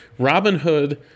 Robinhood